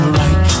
right